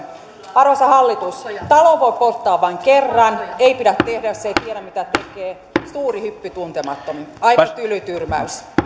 arvoisa hallitus talon voi polttaa vain kerran ei pidä tehdä jos ei tiedä mitä tekee suuri hyppy tuntemattomaan aika tyly tyrmäys